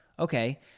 Okay